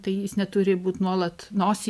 tai jis neturi būt nuolat nosį